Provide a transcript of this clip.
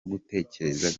gutegereza